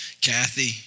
Kathy